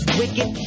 wicked